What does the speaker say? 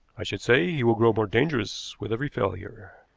i should say he will grow more dangerous with every failure.